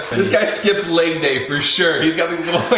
this guy skips leg day for sure, he's got little